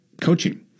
coaching